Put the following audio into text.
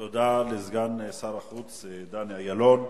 תודה לסגן שר החוץ דני אילון.